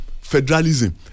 federalism